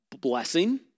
blessing